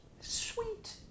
Sweet